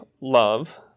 love